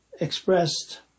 expressed